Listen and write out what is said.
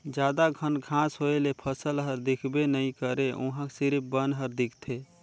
जादा घन घांस होए ले फसल हर दिखबे नइ करे उहां सिरिफ बन हर दिखथे